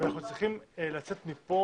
ואנחנו צריכים לצאת מכאן,